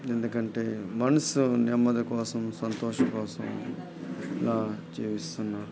ఎందుకంటే మనసు నెమ్మది కోసం సంతోషం కోసం ఇలా జీవిస్తున్నారు